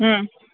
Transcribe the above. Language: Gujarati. હં